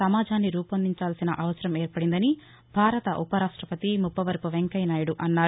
నమాజాన్ని రూపొందించవలసిన అవసరం ఏర్పడిందని భారత ఉవ రాష్టవతి ముప్పవరపు వెంకయ్యనాయుడు అన్నారు